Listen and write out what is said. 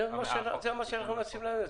זה מה שאנחנו מנסים לעשות.